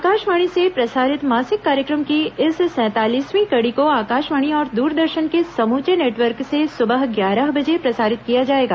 आकाशवाणी से प्रसारित मासिक कार्यक्रम की इस सैंतालीसवीं कड़ी को आकाशवाणी और दूरदर्शन के समूचे नेटवर्क से सुबह ग्यारह बजे प्रसारित किया जायेगा